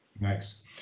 Nice